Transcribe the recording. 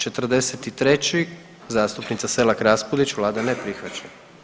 43. zastupnica Selak Raspudić, vlada ne prihvaća.